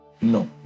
No